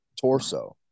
torso